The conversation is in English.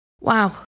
wow